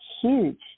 huge